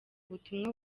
ubutumwa